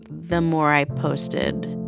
the more i posted